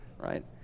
right